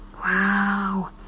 Wow